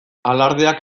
alardeak